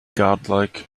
godlike